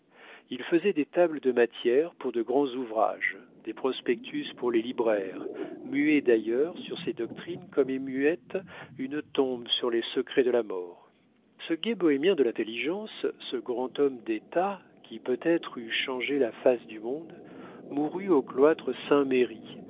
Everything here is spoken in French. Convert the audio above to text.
il faisait des tables de matières pour de grands ouvrages des prospectus pour les libraires muet d'ailleurs sur ses doctrines comme est muette une tombe sur les secrets de la mort ce gai bohémien de l'intelligence ce grand homme d'état qui peut-être eût changé la face du monde mourut au cloître